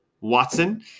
Watson